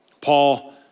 Paul